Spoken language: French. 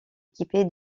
équipée